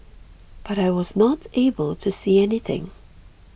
but I was not able to see anything